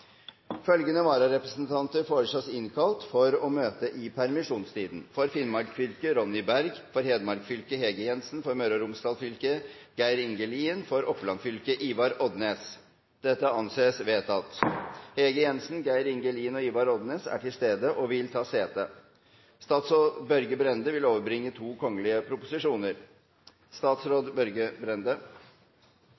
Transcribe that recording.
Følgende vararepresentanter innkalles for å møte i permisjonstiden: For Finnmark fylke: Ronny BergFor Hedmark fylke: Hege JensenFor Møre og Romsdal fylke: Geir Inge LienFor Oppland fylke: Ivar Odnes Hege Jensen, Geir Inge Lien og Ivar Odnes er til stede og vil ta sete. Etter ønske fra Stortingets presidentskap vil